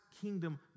kingdom